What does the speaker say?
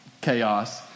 chaos